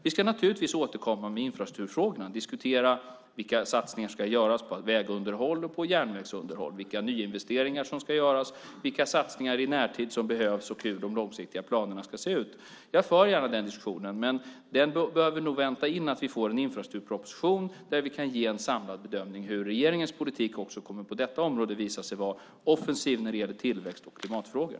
Vi ska naturligtvis återkomma med infrastrukturfrågorna och diskutera vilka satsningar som ska göras på vägunderhåll och på järnvägsunderhåll, vilka nyinvesteringar som ska göras, vilka satsningar i närtid som behövs och hur de långsiktiga planerna ska se ut. Jag för gärna den diskussionen, men den behöver nog vänta in att vi får en infrastrukturproposition där vi kan ge en samlad bedömning av hur regeringens politik också på detta område visar sig vara offensiv när det gäller tillväxt och klimatfrågor.